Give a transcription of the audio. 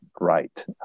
right